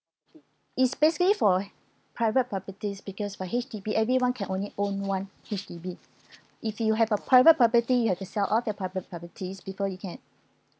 it's basically for private properties because for H_D_B everyone can only own one H_D_B if you have a private property you have to sell off your private properties before you can